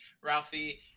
Ralphie